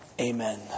amen